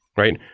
right?